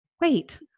wait